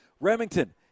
Remington